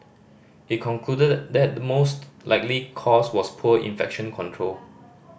it concluded that the most likely cause was poor infection control